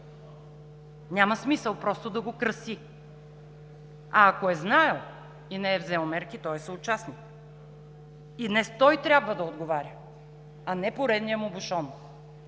Няма смисъл просто да го краси. А ако е знаел и не е взел мерки, той е съучастник. И днес той трябва да отговаря, а не поредният му бушон: